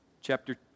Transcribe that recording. Chapter